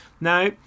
Now